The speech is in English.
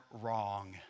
wrong